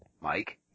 Mike